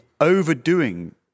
overdoing